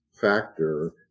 factor